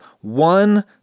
one